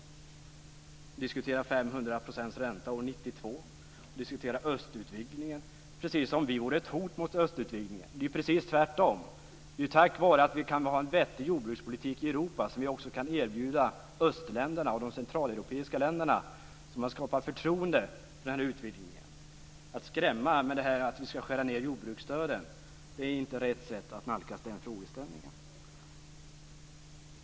Hon diskuterar 500 % ränta år 1992 och östutvidgningen precis som om vi utgjorde ett hot mot östutvidgningen. Det är precis tvärtom. Det är tack vare att vi kan ha en vettig jordbrukspolitik i Europa som vi också kan erbjuda östländerna och de centraleuropeiska länderna en utvidgning och skapa förtroende för den utvidgningen. Att skrämma med att vi skall skära ned jordbruksstöden är inte rätt sätt att nalkas den frågeställningen.